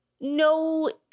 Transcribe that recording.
No